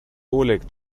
oleg